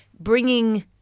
bringing